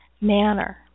manner